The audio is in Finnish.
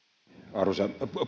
arvoisa